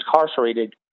incarcerated